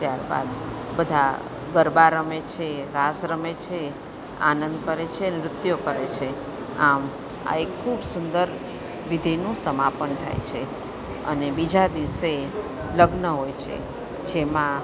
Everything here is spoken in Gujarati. ત્યારબાદ બધા ગરબા રમે છે રાસ રમે છે આનંદ કરે છે નૃત્યો કરે છે આમ આ એક ખૂબ સુંદર વિધિનું સમાપન થાય છે અને બીજા દિવસે લગ્ન હોય છે જેમાં